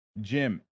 Jim